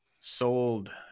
sold